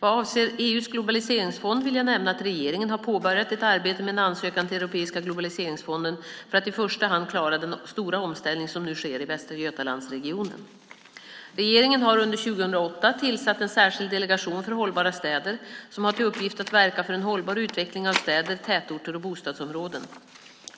Vad avser EU:s globaliseringsfond vill jag nämna att regeringen har påbörjat ett arbete med en ansökan till Europeiska globaliseringsfonden för att i första hand klara den stora omställning som nu sker i Västra Götalandsregionen. Regeringen har under 2008 tillsatt en särskild delegation för hållbara städer, som har till uppgift att verka för en hållbar utveckling av städer, tätorter och bostadsområden.